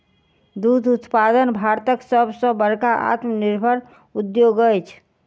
दूध उत्पादन भारतक सभ सॅ बड़का आत्मनिर्भर उद्योग अछि